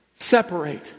Separate